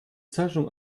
zeichnung